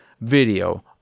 video